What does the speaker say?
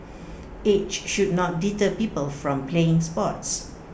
age should not deter people from playing sports